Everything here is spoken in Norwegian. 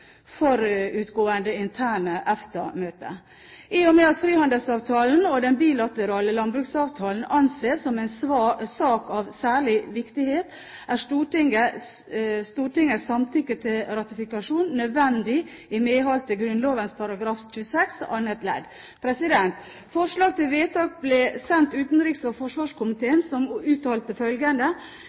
forutgående interne EFTA-møter. I og med at frihandelsavtalen og den bilaterale landbruksavtalen anses som en sak av særlig viktighet, er Stortingets samtykke til ratifikasjon nødvendig i medhold av Grunnloven § 26 annet ledd. Forslag til vedtak ble sendt utenriks- og forsvarskomiteen, som uttalte følgende: